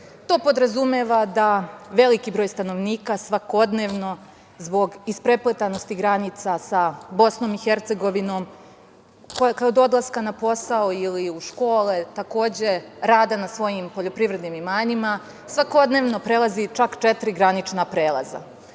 To podrazumeva da veliki broj stanovnika svakodnevno zbog isprepletanosti granica sa Bosnom i Hercegovinom koje kod odlaska na posao ili u škole, takođe rade na svojim poljoprivrednim imanjima svakodnevno prelaze i čak četiri granična prelaza. Nama